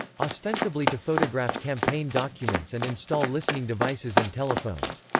ostensibly to photograph campaign documents and install listening devices in telephones.